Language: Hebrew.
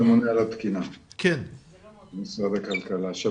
הממונה על התקינה במשרד הכלכלה, בבקשה.